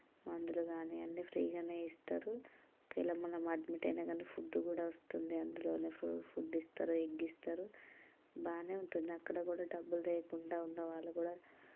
మందులు గానీ అన్నీ ఫ్రీగనే ఇస్తరు ఒకేలా మనం అడ్మిట్ అయినా గానీ ఫుడ్ కూడా వొస్తుంది అందులోనే ఫ్రూ ఫుడ్ ఇస్తరు ఎగ్ ఇస్తరు బానే ఉంటుంది అక్కడ గూడా డబ్బు లేకుండా ఉన్న వాళ్ళు గూడా